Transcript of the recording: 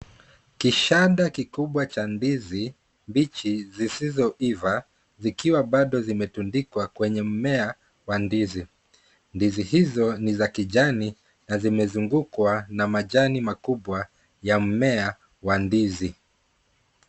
Kishada kikubwa cha ndizi mbichi zisizoiva, zikiwa bado zimetundikwa kwenye mmea wa ndizi. Ndizi hizo ni za kijani na zimezungukwa na majani makubwa ya mmea wa ndizi.